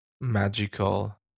magical